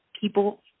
people